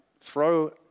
Throw